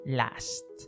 last